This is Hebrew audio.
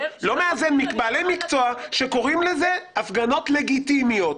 לא מאזן בעלי מקצוע שקוראים לזה "הפגנות לגיטימיות".